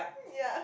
ya